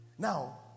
Now